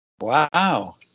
Wow